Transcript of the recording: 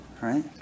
right